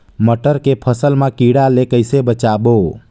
मटर के फसल मा कीड़ा ले कइसे बचाबो?